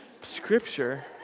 Scripture